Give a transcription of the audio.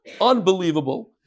unbelievable